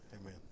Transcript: Amen